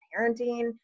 parenting